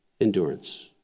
endurance